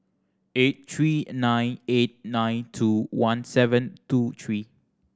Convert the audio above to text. eight three nine eight nine two one seven two three